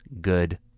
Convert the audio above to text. good